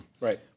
Right